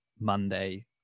Monday